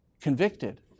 convicted